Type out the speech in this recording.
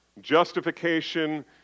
Justification